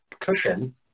cushion